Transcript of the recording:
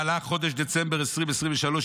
במהלך חודש דצמבר 2023,